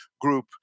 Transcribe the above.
group